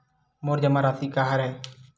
मोर जमा राशि का हरय?